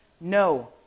No